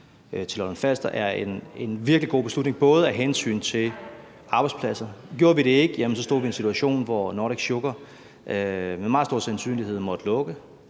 til Lolland-Falster er en virkelig god beslutning, også med hensyn til arbejdspladser. Gjorde vi det ikke, jamen så stod vi i en situation, hvor Nordic Sugar med meget stor sandsynlighed måtte lukke.